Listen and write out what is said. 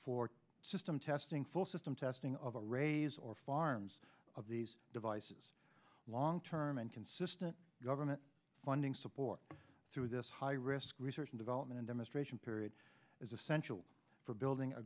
for system testing for system testing of the rays or farms of these devices long term and consistent government funding support through this high risk research and development demonstration period is essential for building